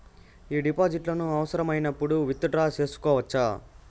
ఈ డిపాజిట్లను అవసరమైనప్పుడు విత్ డ్రా సేసుకోవచ్చా?